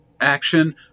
action